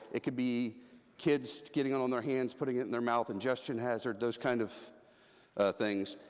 it could be kids getting on on their hands, putting it in their mouth, ingestion hazard, those kind of things.